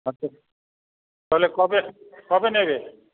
আচ্ছা তাহলে কবে কবে নেবে